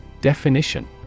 Definition